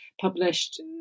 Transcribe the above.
published